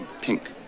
Pink